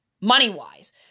money-wise